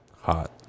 Hot